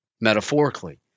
metaphorically